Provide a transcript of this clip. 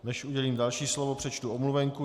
Než udělím další slovo, přečtu omluvenku.